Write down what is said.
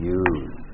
use